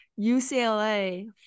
UCLA